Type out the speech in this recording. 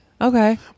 okay